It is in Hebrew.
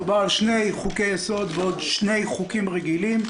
מדובר על שני חוקי יסוד ועוד שני חוקים רגילים.